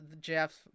Jeff